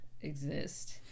exist